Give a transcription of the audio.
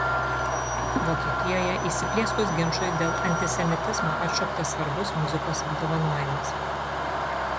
vokietijoje įsiplieskus ginčui dėl antisemitizmo atšauktas svarbus muzikos apdovanojimas